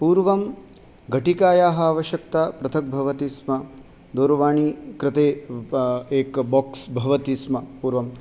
पूर्वं घटिकायाः आवश्यकता पृथक् भवति स्म दूरवाणी कृते एकं बोक्स् भवति स्म पूर्वं